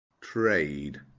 trade